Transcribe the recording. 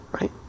right